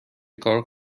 کار